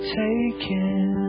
taken